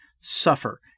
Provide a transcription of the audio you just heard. suffer